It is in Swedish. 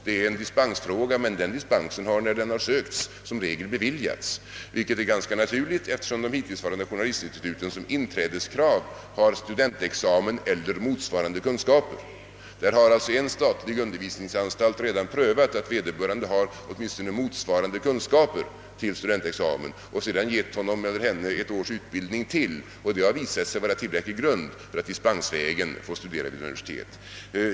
Den är en dispensfråga, men när man sökt sådan dispens har den i regel beviljats. Detta är ganska naturligt, eftersom de hittillsvarande journalistinstituten som inträdeskrav har haft studentexamen eller motsvarande kunskaper. Där har sålunda en statlig undervisningsanstalt redan prövat att vederbörande åtminstone har kunskaper som motsvarar studentexamen, och sedan har man givit honom eller henne ytterligare ett års utbildning. Det har visat sig vara tillräcklig grund för att dispensvägen få studera vid universitet.